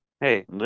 Hey